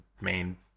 main